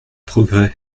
progrès